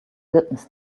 litmus